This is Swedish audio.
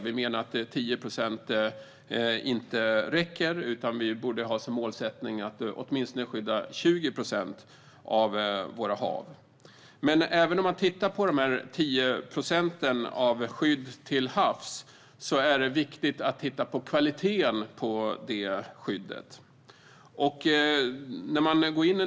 Vi menar att 10 procent inte räcker, utan vi borde ha som målsättning att skydda åtminstone 20 procent av våra hav. Det är även viktigt att se på kvaliteten i de skyddade 10 procenten till havs.